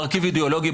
מרכיב אידאולוגי,